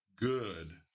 good